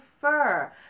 fur